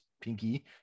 Pinky